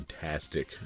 fantastic